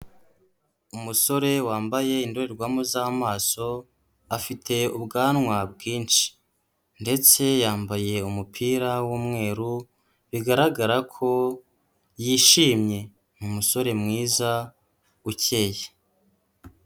Umusore wambaye indorerwamo z'amaso, afite ubwanwa bwinshi ndetse yambaye umupira w'umweru, bigaragara ko yishimye, ni umusore mwiza ukeye.